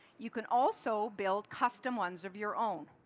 you can also build custom ones of your own.